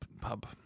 Pub